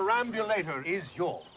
perambulator is yours.